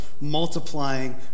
multiplying